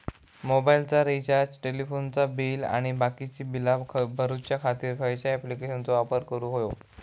मोबाईलाचा रिचार्ज टेलिफोनाचा बिल आणि बाकीची बिला भरूच्या खातीर खयच्या ॲप्लिकेशनाचो वापर करूक होयो?